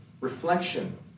reflection